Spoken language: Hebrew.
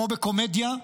כמו בקומדיה,